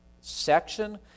section